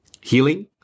healing